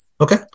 Okay